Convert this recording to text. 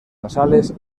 nasales